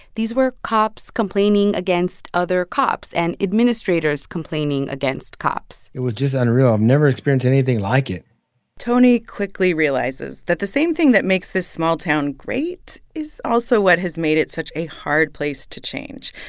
these were cops complaining against other cops and administrators complaining against cops it was just unreal. i've never experienced anything like it tony quickly realizes that the same thing that makes this small town great is also what has made it such a hard place to change.